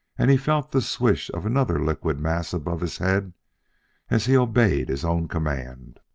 and he felt the swish of another liquid mass above his head as he obeyed his own command.